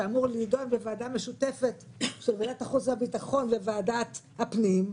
שאמור להידון בוועדה משותפת של ועדת החוץ והביטחון וועדת הפנים,